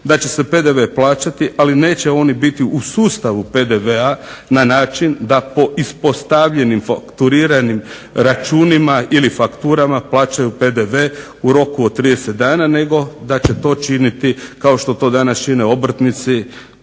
da će se PDV plaćati ali neće oni biti u sustavu PDV-a na način da po ispostavljenim fakturiranim računima ili fakturama plaćaju PDV u roku od 30 dana nego da će to činiti kao što to danas čine obrtnici